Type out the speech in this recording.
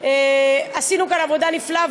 עשינו כאן עבודה נפלאה,